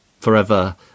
forever